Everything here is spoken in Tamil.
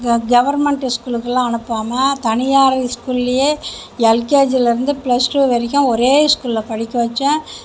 கவர்ன்மெண்ட் ஸ்கூலுக்கெல்லாம் அனுப்பாமல் தனியார் ஸ்கூல்லேயே எல்கேஜிலேருந்து பிளஸ் டூ வரைக்கும் ஒரே ஸ்கூலில் படிக்க வச்சேன்